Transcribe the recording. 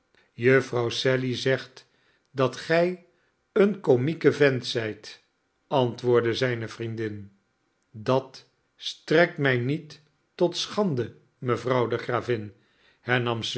sally zegt dat gij een komieke vent zijt antwoordde zijne vriendin dat strekt mij niet tot schande mevrouw de gravin